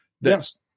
Yes